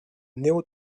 néo